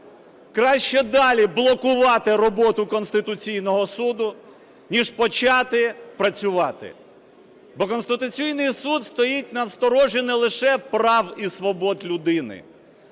краще далі блокувати роботу Конституційного Суду, ніж почати працювати. Бо Конституційний Суд стоїть на сторожі не лише прав і свобод людини.